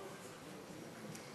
חברי הכנסת,